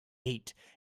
gate